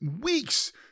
weeks